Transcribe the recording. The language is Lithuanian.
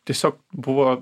tiesiog buvo